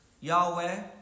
Yahweh